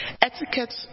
Etiquette